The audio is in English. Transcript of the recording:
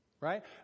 right